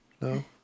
No